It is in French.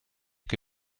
que